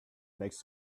makes